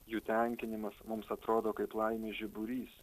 jų tenkinimas mums atrodo kaip laimės žiburys